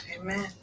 Amen